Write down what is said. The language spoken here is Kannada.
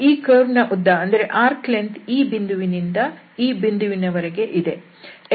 ಈ ಕರ್ವ್ನ ಉದ್ದ ಈ ಬಿಂದುವಿನಿಂದ ಈ ಬಿಂದುವಿನವರೆಗೆ ಇದೆ